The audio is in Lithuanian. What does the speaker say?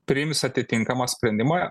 priims atitinkamą sprendimą